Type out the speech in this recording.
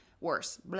worse